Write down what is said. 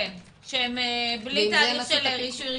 שהם בלי תהליך של אישור ראשוני.